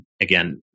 again